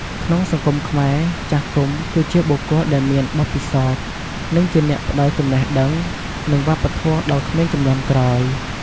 ក្នុងសង្គមខ្មែរ ចាស់ទុំ គឺជាបុគ្គលដែលមានបទពិសោធន៍ និងជាអ្នកផ្ដល់ចំណេះដឹង និង វប្បធម៌ដល់ក្មេងជំនាន់ក្រោយ។